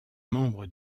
membre